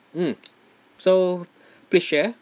mm so please share